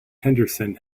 henderson